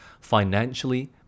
financially